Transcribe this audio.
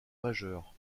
majeur